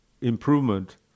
improvement